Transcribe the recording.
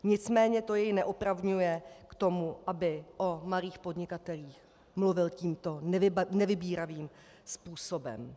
Nicméně to jej neopravňuje k tomu, aby o malých podnikatelích mluvil tímto nevybíravým způsobem.